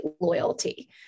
loyalty